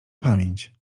pamięć